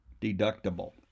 deductible